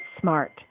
smart